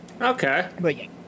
Okay